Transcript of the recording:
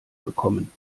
bekommen